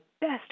best